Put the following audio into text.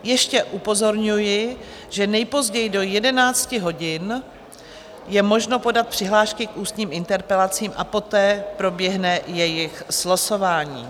Ještě upozorňuji, že nejpozději do 11 hodin je možno podat přihlášky k ústním interpelacím a poté proběhne jejich slosování.